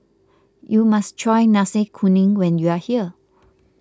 you must try Nasi Kuning when you are here